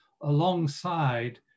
alongside